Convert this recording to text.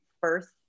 first